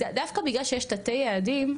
דווקא בגלל שיש תתי-יעדים,